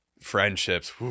friendships